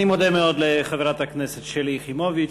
אני מודה מאוד לחברת הכנסת שלי יחימוביץ,